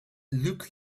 looked